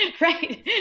Right